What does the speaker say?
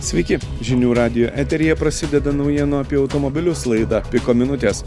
sveiki žinių radijo eteryje prasideda naujienų apie automobilius laida piko minutės